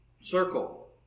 circle